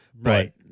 right